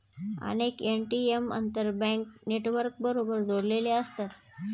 अनेक ए.टी.एम आंतरबँक नेटवर्कबरोबर जोडलेले असतात